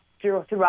throughout